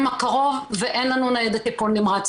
הקרוב ואין לנו ניידת טיפול נמרץ.